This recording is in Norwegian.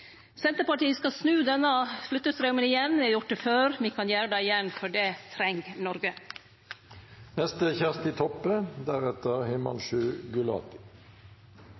Senterpartiet skal snu denne flyttestraumen igjen. Me har gjort det før, me kan gjere det igjen, for det treng